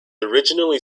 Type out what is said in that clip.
originally